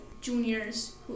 juniors